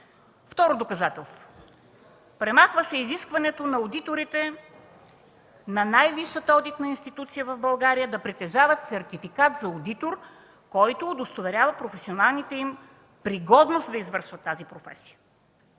Второ доказателство – премахва се изискването одиторите на най-висшата одитна институция в България да притежават сертификат за одитор, който удостоверява професионалната им пригодност да извършват тази професия.